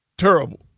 terrible